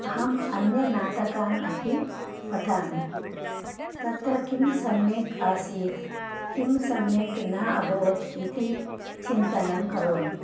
अहं अन्यनाटकान् अपि पठामि तत्र किं सम्यक् आसीत् किं सम्यक् न अभवत् इति चिन्तनं करोमि